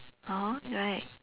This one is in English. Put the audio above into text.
oh right